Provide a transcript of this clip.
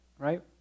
right